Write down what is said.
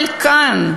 אבל כאן,